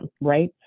right